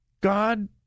God